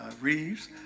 Reeves